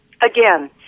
again